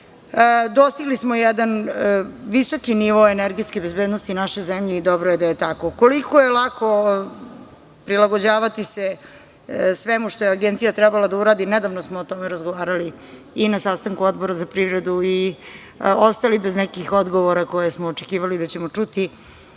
smo jedan visoki nivo energetske bezbednosti naše zemlje i dobro je da je tako. Koliko je lako prilagođavati se svemu što je agencija trebala da uradi, nedavno smo o tome razgovarali i na sastanku Odbora za privredu i ostali bez nekih odgovora koje smo očekivali da ćemo čuti,